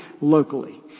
locally